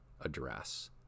address